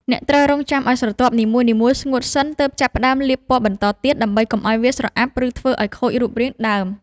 អ្នកត្រូវរង់ចាំឱ្យស្រទាប់នីមួយៗស្ងួតសិនទើបចាប់ផ្តើមលាបពណ៌បន្តទៀតដើម្បីកុំឱ្យវាស្រអាប់ ឬ ធ្វើឱ្យខូចរូបរាងដើម។